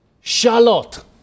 Charlotte